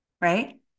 Right